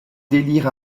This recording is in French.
délire